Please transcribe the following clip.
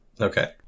Okay